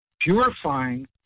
purifying